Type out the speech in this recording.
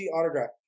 autograph